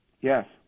Yes